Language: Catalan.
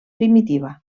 primitiva